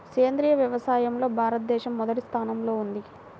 సేంద్రీయ వ్యవసాయంలో భారతదేశం మొదటి స్థానంలో ఉంది